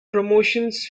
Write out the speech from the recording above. promotions